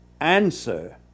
answer